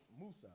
Musa